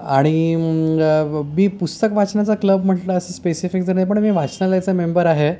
आणि मी पुस्तक वाचण्याचा क्लब म्हटलं असं स्पेसिफिक ज नाही पण मी वाचनालयाचा मेंबर आहे